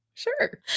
Sure